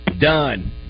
Done